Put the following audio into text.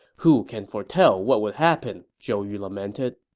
who can foretell what will happen? zhou yu lamented